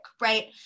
right